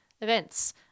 events